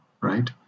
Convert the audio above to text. right